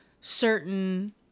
certain